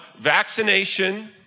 vaccination